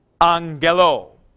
angelo